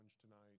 tonight